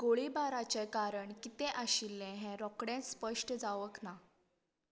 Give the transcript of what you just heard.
गोळिबाराचें कारण कितें आशिल्लें हें रोखडेंच स्पश्ट जावंक ना